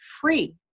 free